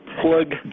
plug